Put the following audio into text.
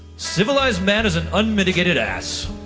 civilized man is an unmedicated ass.